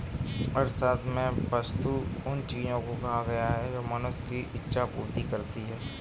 अर्थशास्त्र में वस्तु उन चीजों को कहा गया है जो मनुष्य की इक्षा पूर्ति करती हैं